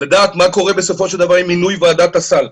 לדעת מה קורה בסופו של דבר עם מינוי ועדת הסל.